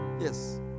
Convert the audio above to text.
Yes